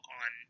on